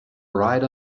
right